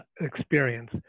experience